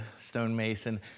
stonemason